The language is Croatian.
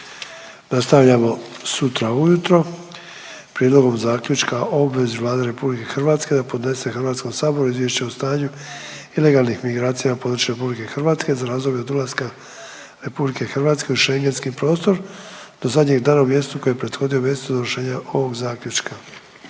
Nastavljamo sutra ujutro prijedlogom zaključka o obvezi Vlade RH da podnese HS izvješće o stanju ilegalnih migracija na području RH za razdoblje od ulaska RH u schengentski prostor do zadnjeg dana u mjesecu koji je prethodio mjesecu donošenja ovog zaključka.